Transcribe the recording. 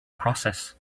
process